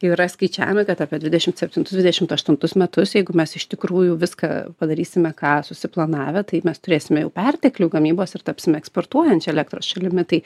yra skaičiavimai kad apie dvidešimt septintus dvidešimt aštuntus metus jeigu mes iš tikrųjų viską padarysime ką susiplanavę tai mes turėsime jau perteklių gamybos ir tapsim eksportuojančia elektros šalimi tai